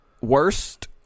worst